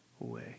away